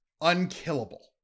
unkillable